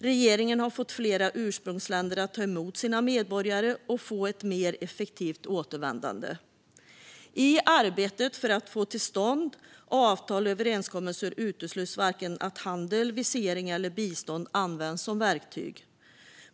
Regeringen har fått flera ursprungsländer att ta emot sina medborgare och arbetat för att få ett mer effektivt återvändande. I arbetet för att få till stånd avtal och överenskommelser utesluts varken att handel, visering eller bistånd används som verktyg.